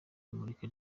imurika